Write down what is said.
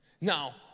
Now